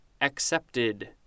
accepted